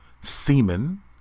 semen